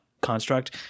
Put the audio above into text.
construct